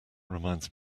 reminds